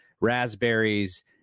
raspberries